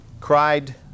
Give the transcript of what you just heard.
cried